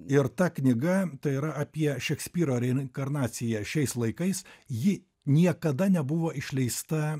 ir ta knyga tai yra apie šekspyro reinkarnaciją šiais laikais ji niekada nebuvo išleista